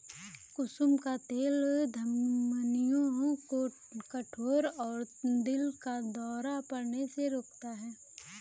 कुसुम का तेल धमनियों को कठोर और दिल का दौरा पड़ने से रोकता है